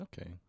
okay